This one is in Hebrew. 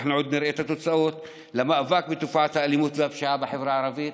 אנחנו עוד נראה את התוצאות למאבק בתופעת האלימות והפשיעה בחברה הערבית,